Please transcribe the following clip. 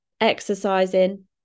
exercising